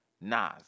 Nas